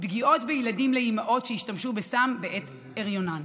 פגיעות בילדים לאימהות שהשתמשו בסם בעת הריונן.